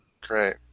Great